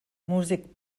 músic